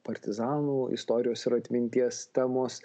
partizanų istorijos ir atminties temos